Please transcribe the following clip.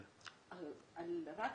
רק